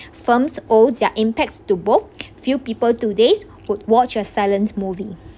films owe their impact to book few people today's would watch a silent movie